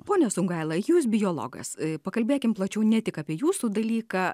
pone sungaila jūs biologas pakalbėkim plačiau ne tik apie jūsų dalyką